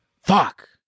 fuck